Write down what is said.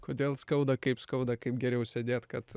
kodėl skauda kaip skauda kaip geriau sėdėt kad